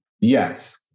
Yes